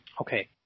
okay